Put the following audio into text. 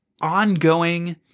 ongoing